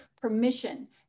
permission